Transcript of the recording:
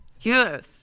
Yes